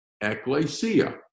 ecclesia